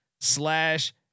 slash